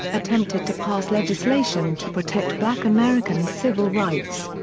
attempted to pass legislation to protect black americans' civil rights.